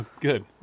Good